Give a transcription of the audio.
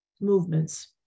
movements